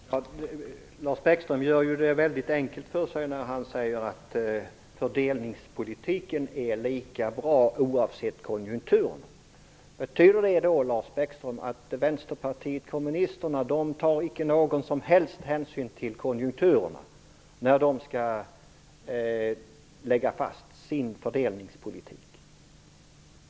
Fru talman! Lars Bäckström gör det ju väldigt enkelt för sig när han säger att fördelningspolitik är lika bra oavsett konjunktur. Betyder det, Lars Bäckström, att Vänsterpartiet kommunisterna icke tar någon som helst hänsyn till konjunkturerna när man skall lägga fast sin fördelningspolitik?